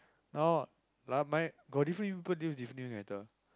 now like mine got different use doesn't really matter